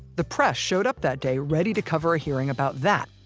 the press showed up that day ready to cover a hearing about that,